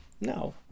No